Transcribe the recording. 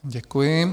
Děkuji.